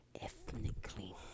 ethnically